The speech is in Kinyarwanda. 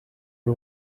ari